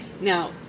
Now